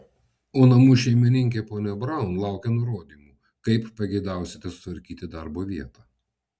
o namų šeimininkė ponia braun laukia nurodymų kaip pageidausite sutvarkyti darbo vietą